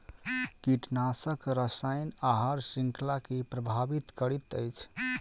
कीटनाशक रसायन आहार श्रृंखला के प्रभावित करैत अछि